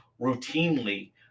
routinely